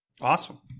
Awesome